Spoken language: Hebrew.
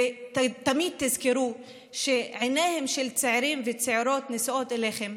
ותמיד תזכרו שעיניהם של צעירים וצעירות נשואות אליכם.